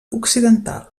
occidental